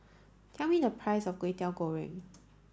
tell me the price of Kway Teow Goreng